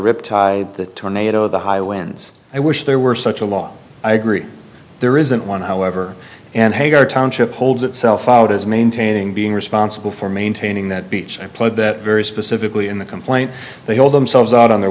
rip tide the tornado the high winds i wish there were such a law i agree there isn't one however and hagar township holds itself out as maintaining being responsible for maintaining that beach i played that very specifically in the complaint they hold themselves out on their